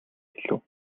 хэлэв